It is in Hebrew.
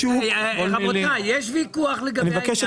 רבותיי, יש ויכוח לגבי העניין.